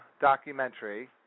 documentary